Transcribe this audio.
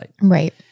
Right